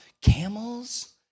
camels